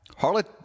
Harlot